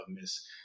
Miss